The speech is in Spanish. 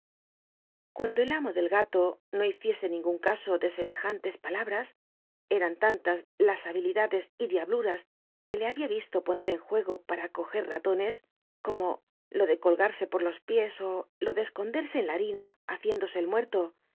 aunque el amo del galo no hiciese ningun ta o de semejantes palabras eran tantas las habilidades y diabluras que le babia islo poner en jue ro pilra coger ratones como lo ele col arsc por los pies ó lo de c condcrse en la harina haciéntlosl el muerto